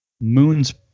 moon's